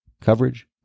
coverage